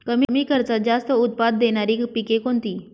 कमी खर्चात जास्त उत्पाद देणारी पिके कोणती?